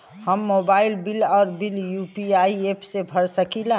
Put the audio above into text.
हम mobile bill और bill UPI app से भर सकिला